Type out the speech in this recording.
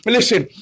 Listen